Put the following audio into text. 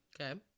Okay